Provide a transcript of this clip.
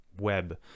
web